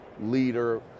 leader